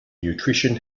nutrition